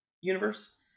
universe